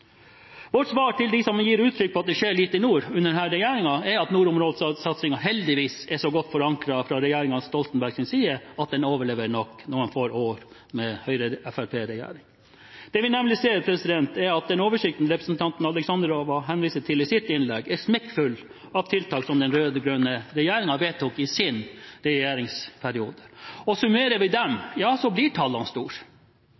Vårt svar til dem som gir uttrykk for at det skjer lite i nord under denne regjeringen, er at nordområdesatsingen heldigvis er så godt forankret fra regjeringen Stoltenbergs side at den nok overlever noen få år med Høyre–Fremskrittsparti-regjering. Det vi nemlig ser, er at den oversikten representanten Alexandrova henviser til i sitt innlegg, er smekkfull av tiltak som den rød-grønne regjeringen vedtok i sin periode. Summerer vi dem, blir tallene store.